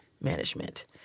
management